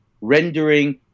rendering